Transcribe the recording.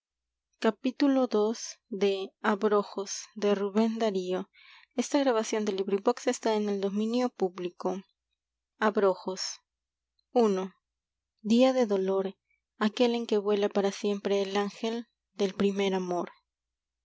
las manos de la amistad abrojos i t del ía de dolor aquel en que vuela para siempre el ángel primer amor